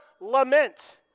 lament